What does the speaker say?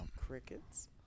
Crickets